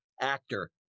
actor